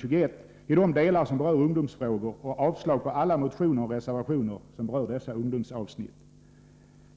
21 i de delar som berör ungdomsfrågor och avslag på alla motioner och reservationer som berör dessa ungdomsavsnitt.